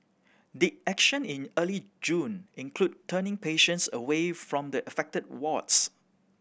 did action in early June include turning patients away from the affected wards